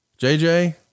JJ